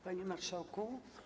Panie Marszałku!